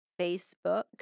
Facebook